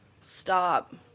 stop